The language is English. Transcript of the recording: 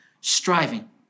Striving